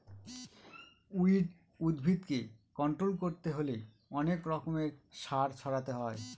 weed উদ্ভিদকে control করতে হলে অনেক রকমের সার ছড়াতে হয়